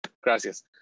gracias